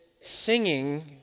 singing